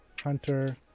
Hunter